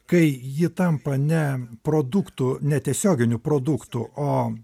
kai ji tampa ne produktu ne tiesioginiu produktu o